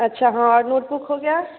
अच्छा हाँ और नोटबुक हो गया